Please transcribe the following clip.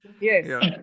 yes